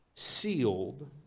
sealed